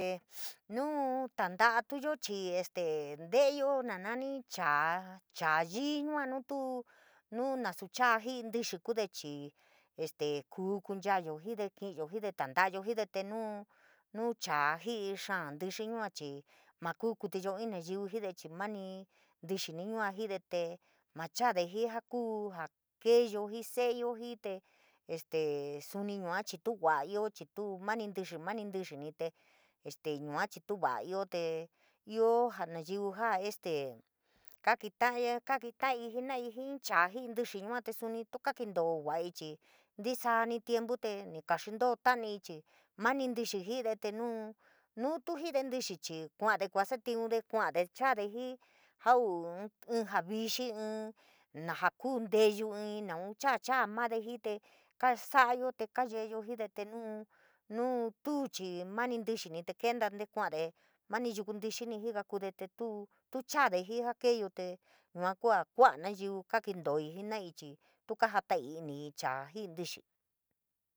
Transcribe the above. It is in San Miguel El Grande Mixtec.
Nuu tatantuyo chii este nteyo na nani ín chaa chaa yii yua nu tuu nu nasu chaa jii ntíxí kude chii este, kuu kunchayo jide, ki’iyo jude tandayo jide te, nu nu chaoo ji’i xaa ntíxí yua chii ma kuu kuítiyo ín nayiu jide chii mani ntixini yua jide te ma chode jii ja ku ja keeyo jii se’eyo jii te, este suni yua tuu jua’a ioo chii mani ntíxí, mani tee este yua chii tuu va’a ioo, te ioo jaa nayiu jaa este kaketaya kaketaii tu kakentoo vaii chii ntísaani tiempo te ni nuu tu jide ntixii chii kuade kuasabtiunde kua’ade te chaade jii jau ín jaa vixi, ínn naja kunteyuu ínn nau chaa- chaa made jii te kasayo te kayeyo jide te nuu nuu tuu chii moni ntíxí jiakude te tuy chaade jii jaa keeyo tee yua kua kua’a nayiu kakentoii jenaii chii tu kajataii iniii chaa jiitíxí.